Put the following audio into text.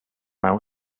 how